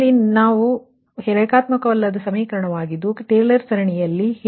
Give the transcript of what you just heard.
ಆದ್ದರಿಂದ ಅಲ್ಲಿ ಇವು ರೇಖಾತ್ಮಕವಲ್ಲದ ಸಮೀಕರಣವಾಗಿದ್ದು ಟೇಲರ್ ಸರಣಿಯಲ್ಲಿTaylor series